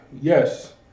yes